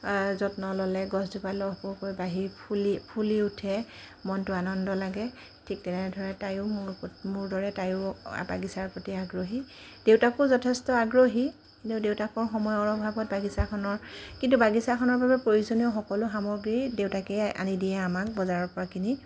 যত্ন ল'লে গছজোপা লহপহকৈ বাঢ়ি ফুলি ফুলি উঠে মনটো আনন্দ লাগে ঠিক তেনেদৰে তাইও মোৰ প মোৰ দৰে তাইও বাগিছাৰ প্ৰতি আগ্ৰহী দেউতাকো যথেষ্ট আগ্ৰহী কিন্তু দেউতাকৰ সময়ৰ অভাৱত বাগিছাখনৰ কিন্তু বাগিছাখনৰ বাবে প্ৰয়োজনীয় সকলো সামগ্ৰী দেউতাকে আনি দিয়ে আমাক বজাৰৰ পৰা কিনি